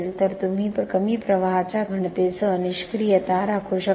तर तुम्ही कमी प्रवाहाच्या घनतेसह निष्क्रियता राखू शकता